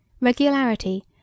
regularity